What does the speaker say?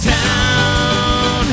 town